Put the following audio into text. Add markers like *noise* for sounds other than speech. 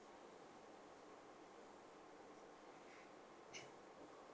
*breath*